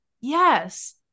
Yes